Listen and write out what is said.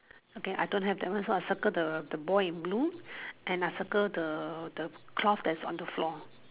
okay I don't have that one so I circle the boy in blue and I circle the cloth that is on the floor